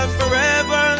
forever